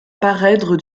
parèdre